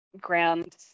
ground